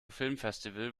filmfestival